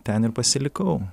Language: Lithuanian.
ten ir pasilikau